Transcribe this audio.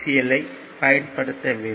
L I பயன்படுத்த வேண்டும்